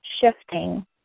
shifting